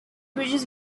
bridges